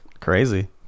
crazy